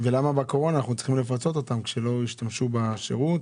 ולמה בקורונה אנחנו צריכים לפצות אותן כשלא השתמשו בשירות.